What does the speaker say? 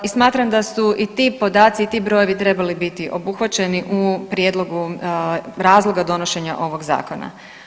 I smatram da su i ti podaci i ti brojevi trebali biti obuhvaćeni u prijedlogu razloga donošenja ovog zakona.